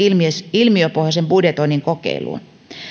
ilmiöpohjaisen budjetoinnin kokeiluun